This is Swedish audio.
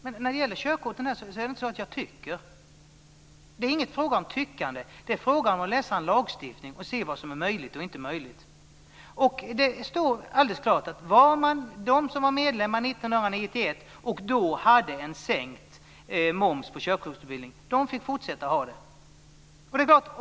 Men när det gäller körkorten är det inte så att jag tycker. Det är inte fråga om tyckande, utan det är fråga om att läsa en lagstiftning och se vad som är möjligt och inte möjligt. Det står alldeles klart att de som var medlemmar 1991 och då hade en sänkt moms på körkortsutbildning fick fortsätta att ha det.